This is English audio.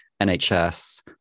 NHS